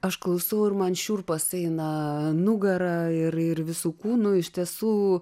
aš klausau ir man šiurpas eina nugara ir ir visu kūnu iš tiesų